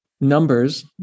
numbers